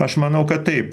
aš manau kad taip